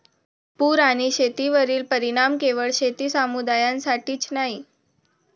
पूर आणि शेतीवरील परिणाम केवळ शेती समुदायासाठीच नाही